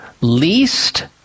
least